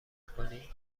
کنی